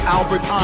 Albert